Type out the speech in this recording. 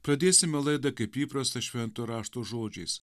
pradėsime laidą kaip įprasta šventojo rašto žodžiais